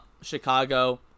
Chicago